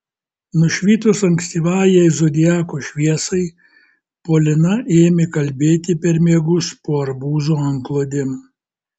nušvitus ankstyvajai zodiako šviesai polina ėmė kalbėti per miegus po arbūzo antklodėm